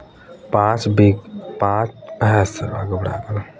पाँच बीघा खेत के लिये धान का बीज कितना किलोग्राम लगेगा?